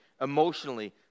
emotionally